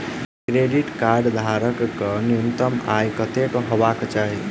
Credit card धारक कऽ न्यूनतम आय कत्तेक हेबाक चाहि?